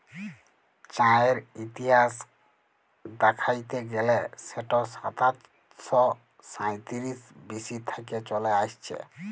চাঁয়ের ইতিহাস দ্যাইখতে গ্যালে সেট সাতাশ শ সাঁইতিরিশ বি.সি থ্যাইকে চলে আইসছে